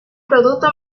producto